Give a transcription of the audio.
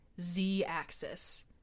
Z-axis